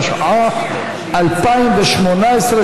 התשע"ח 2018,